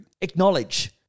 acknowledge